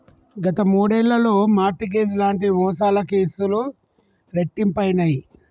గత మూడేళ్లలో mortgage లాంటి మోసాల కేసులు రెట్టింపయినయ్